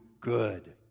good